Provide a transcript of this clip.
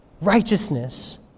righteousness